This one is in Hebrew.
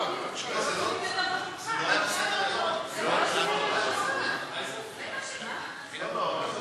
היה, זה לא היה בסדר-היום.